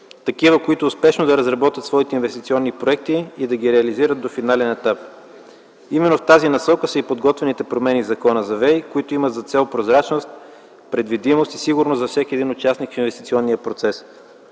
такива, които успешно да разработят своите инвестиционни проекти и да ги реализират до финален етап. Именно в тази насока са и подготвените промени в Закона за ВЕИ, които имат за цел прозрачност, предвидимост и сигурност за всеки един участник в инвестиционния процес.